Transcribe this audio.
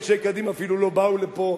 אנשי קדימה אפילו לא באו לפה,